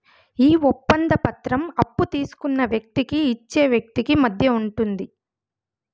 ఈ ఒప్పంద పత్రం అప్పు తీసుకున్న వ్యక్తికి ఇచ్చే వ్యక్తికి మధ్య ఉంటుంది